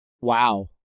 Wow